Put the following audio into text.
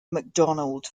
macdonald